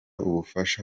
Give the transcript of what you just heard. ubufasha